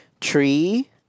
Tree